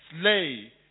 slay